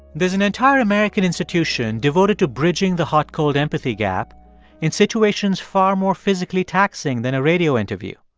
there's an entire american institution devoted to bridging the hot-cold empathy gap in situations far more physically taxing than a radio interview.